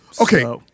Okay